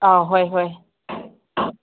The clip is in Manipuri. ꯑꯥ ꯍꯣꯏ ꯍꯣꯏ